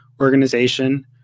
organization